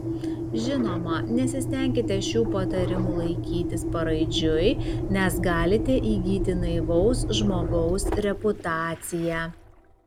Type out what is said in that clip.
žinoma nesistenkite šių patarimų laikytis paraidžiui nes galite įgyti naivaus žmogaus reputaciją